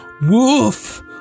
Woof